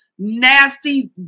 nasty